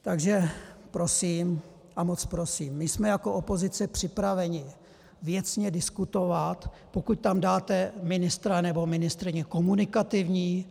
Takže prosím a moc prosím: my jsme jako opozice připraveni věcně diskutovat, pokud tam dáte ministra nebo ministryni komunikativní.